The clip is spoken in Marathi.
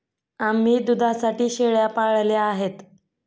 आम्ही दुधासाठी शेळ्या पाळल्या आहेत